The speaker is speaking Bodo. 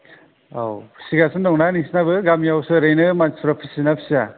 औ फिसिगासिनो दंना नोंसिनाबो गामियावसो ओरैनो मानसिफ्रा फिसियोना फिसिया